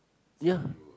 ya